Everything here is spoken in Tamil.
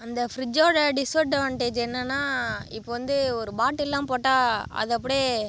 அந்த ஃப்ரிட்ஜோடய டிஸ்அட்வான்டேஜ் என்னென்னா இப்போது வந்து ஒரு பாட்டில்லா போட்டால் அது அப்டி